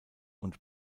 und